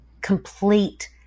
complete